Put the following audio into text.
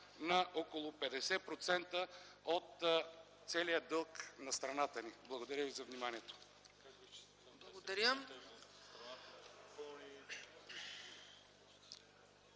на около 50% от целия дълг на страната ни. Благодаря ви за вниманието.